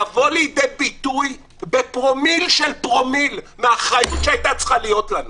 לבוא לידי ביטוי בפרומיל של פרומיל מהאחריות שהיתה צריכה להיות לנו,